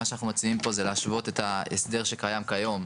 מה שאנחנו מציעים פה זה להשוות את ההסדר שקיים היום,